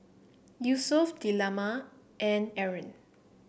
Yusuf Delima and Aaron